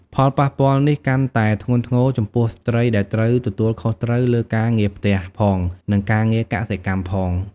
ផលប៉ះពាល់នេះកាន់តែធ្ងន់ធ្ងរចំពោះស្ត្រីដែលត្រូវទទួលខុសត្រូវលើការងារផ្ទះផង និងការងារកសិកម្មផង។